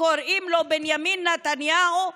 שקוראים לו בנימין נתניהו,